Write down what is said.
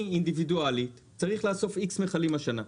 אני אינדיבידואלית צריך לאסוף איקס מכלים השנה.